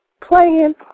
playing